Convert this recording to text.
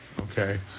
Okay